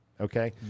Okay